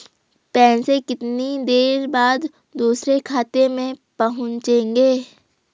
पैसे कितनी देर बाद दूसरे खाते में पहुंचेंगे?